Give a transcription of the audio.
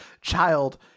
child